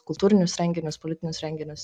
kultūrinius reginius politinius renginius